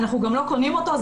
אנחנו גם לא קונים אותו.